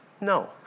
No